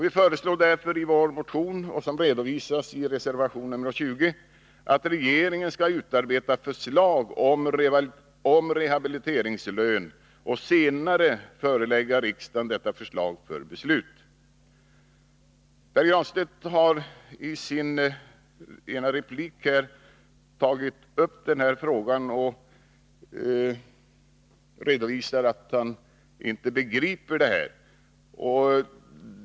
Vi föreslår därför i vår motion, som redovisas i reservation 20, att regeringen skall utarbeta förslag om rehabiliteringslön och senare förelägga riksdagen detta förslag för beslut. Pär Granstedt tog upp den här frågan i en av sina repliker och redovisade att han inte begriper detta.